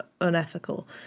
unethical